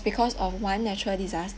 because of one natural disaster